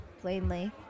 plainly